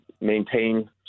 maintain